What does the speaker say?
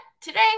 today